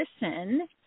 listen